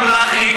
וגם לך אין קשר.